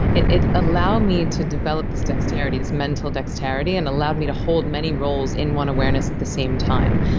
it it allowed me to develop this dexterity, this mental dexterity, and it allowed me to hold many roles in one awareness at the same time.